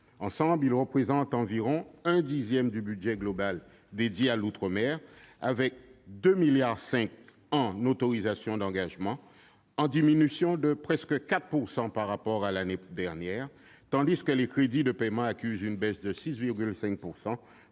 Ensemble, ils représentent environ un dixième du budget global dédié à l'outre-mer, avec 2,5 milliards d'euros en autorisations d'engagement, en diminution de presque 4 % par rapport à l'année dernière, tandis que les crédits de paiement accusent une baisse de 6,5